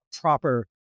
proper